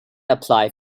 apply